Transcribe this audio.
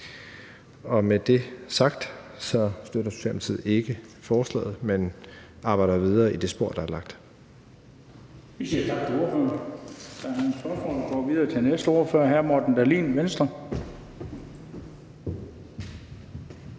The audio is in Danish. Med det sagt støtter Socialdemokratiet ikke forslaget, men arbejder videre i det spor, der er lagt.